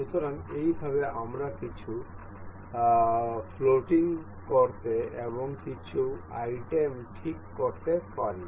সুতরাং এই ভাবে আমরা কিছু ভাসমান করতে এবং কিছু আইটেম ঠিক করতে পারেন